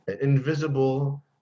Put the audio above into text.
invisible